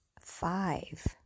five